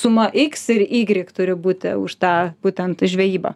suma iks ir ygrik turi būti už tą būtent žvejybą